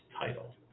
title